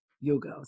yoga